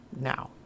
now